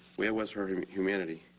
where was her humanity?